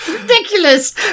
ridiculous